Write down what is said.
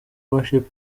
worship